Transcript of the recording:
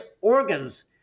organs